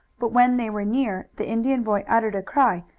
but when they were near the indian boy uttered a cry,